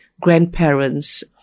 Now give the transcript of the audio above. grandparents